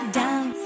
down